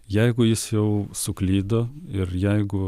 jeigu jis jau suklydo ir jeigu